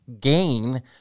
gain